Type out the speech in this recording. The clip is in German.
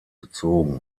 bezogen